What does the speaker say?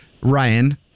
Ryan